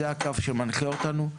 זה הקו שמנחה אותנו.